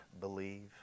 believe